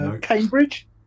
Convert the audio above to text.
Cambridge